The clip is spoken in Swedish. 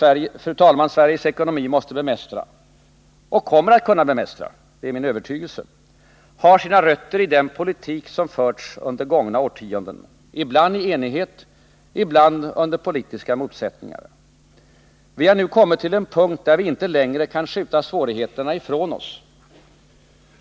De svårigheter Sveriges ekonomi måste bemästra och kommer att kunna bemästra — det är min övertygelse — har sina rötter i den politik som förts under gångna årtionden, ibland i enighet, ibland under politiska motsättningar. Vi har nu kommit till en punkt där vi inte längre kan skjuta svårigheterna ifrån oss.